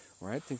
right